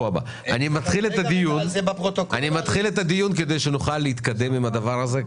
אני מתחיל את הדיון כדי שנוכל להתקדם עם הדבר הזה,